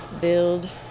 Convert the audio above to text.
build